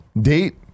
date